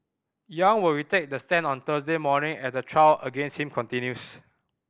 Yang will retake the stand on Thursday morning as the trial against him continues